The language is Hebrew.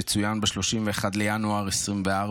שצוין ב-31 בינואר 2024,